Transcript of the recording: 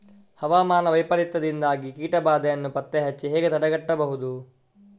ಹವಾಮಾನ ವೈಪರೀತ್ಯದಿಂದಾಗಿ ಕೀಟ ಬಾಧೆಯನ್ನು ಪತ್ತೆ ಹಚ್ಚಿ ಹೇಗೆ ತಡೆಗಟ್ಟಬಹುದು?